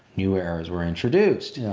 new errors were introduced, yeah